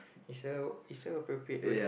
is a is a appropriate word